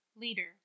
Leader